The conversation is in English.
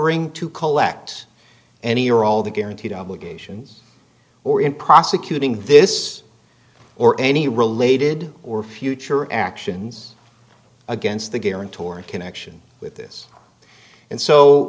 ring to collect any or all of the guaranteed obligations or in prosecuting this or any related or future actions against the guarantor of connection with this and so